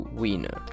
winner